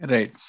Right